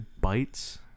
bites